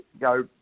go